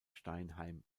steinheim